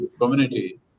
community